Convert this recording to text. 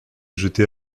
jeter